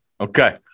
Okay